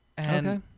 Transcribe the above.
Okay